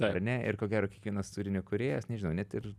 ar ne ir ko gero kiekvienas turinio kūrėjas nežinau net ir